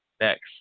Next